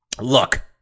Look